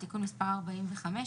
תיקון מס' 45,